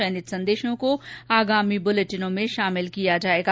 चयनित संदेशों को आगामी बुलेटिनों में शामिल किया जाएगा